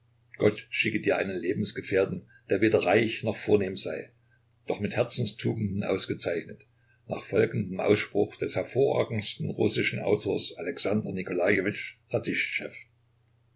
gott schicke dir einen lebensgefährten der weder reich noch vornehm sei doch mit herzenstugenden ausgezeichnet nach folgendem ausspruch des hervorragendsten russischen autors alexander